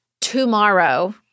tomorrow